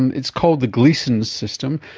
and it's called the gleason system,